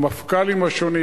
והמפכ"לים השונים.